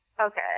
okay